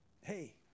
hey